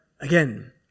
again